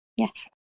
Yes